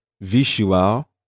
visual